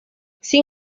sin